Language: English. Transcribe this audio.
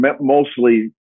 mostly